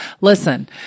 Listen